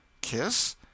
Kiss